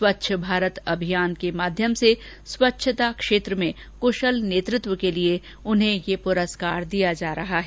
स्वच्छ भारत अभियान के माध्यम से स्वच्छता क्षेत्र में कुशल नेतृत्व के लिए उन्हें यह पुरस्कार दिया जा रहा है